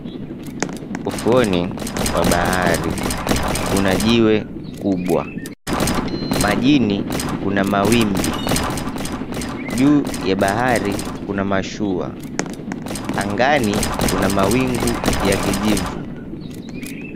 Ufuoni wa bahari kuna jiwe kubwa. Majini kuna mawimbi. Juu ya bahari kuna mashua. Angani kuna mawingu ya kijivu.